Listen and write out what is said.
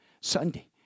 Sunday